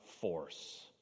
force